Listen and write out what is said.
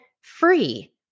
free